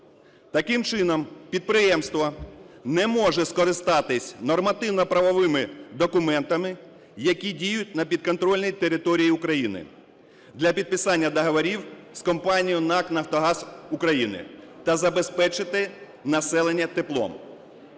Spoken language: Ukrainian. Таким чином підприємство не може скористатися нормативно-правовими документами, які діють на підконтрольній території України для підписання договорів з компанією НАК "Нафтогаз України" та забезпечити населення теплом.